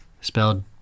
spelled